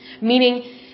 meaning